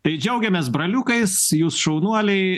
tai džiaugiamės braliukais jūs šaunuoliai